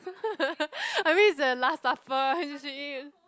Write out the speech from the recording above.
I mean is the last supper you should eat